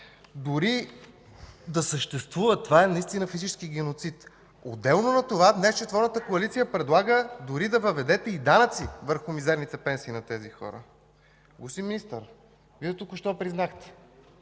дори да съществуват – това е наистина физически геноцид! Отделно от това, днес четворната коалиция предлага дори да въведете данъци върху мизерните пенсии на тези хора. Господин Министър, Вие току-що признахте,